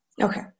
okay